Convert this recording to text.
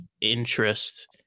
interest –